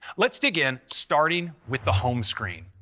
let's dig in, starting with the home screen.